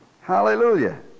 Hallelujah